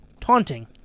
taunting